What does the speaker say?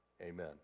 Amen